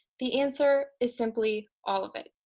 the answer is simply, all of it.